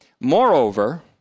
Moreover